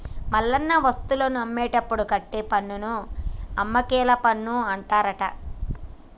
మల్లన్న వస్తువులను అమ్మినప్పుడు కట్టే పన్నును అమ్మకేల పన్ను అంటారట